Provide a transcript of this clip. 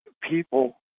people